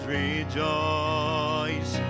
rejoice